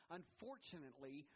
unfortunately